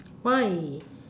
why